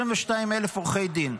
22,000 עורכי דין.